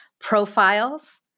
Profiles